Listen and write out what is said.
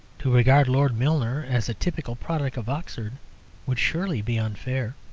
to regard lord milner as a typical product of oxford would surely be unfair.